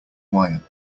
wire